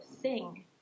sing